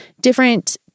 different